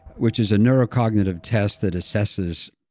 which is a neurocognitive test that assesses